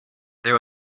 there